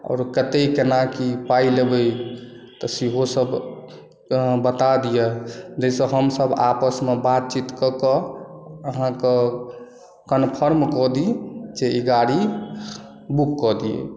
आओर कते केना कि पाइ लेबै तऽ सेहो सभ बता दिअ जाहिसँ हमसभ आपसमे बातचीत कऽ कऽ अहाँकेँ कन्फर्म कऽ दी जे ई गाड़ी बुक कऽ दिऔ